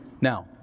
Now